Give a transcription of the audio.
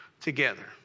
together